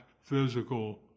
physical